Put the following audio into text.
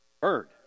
Bird